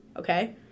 okay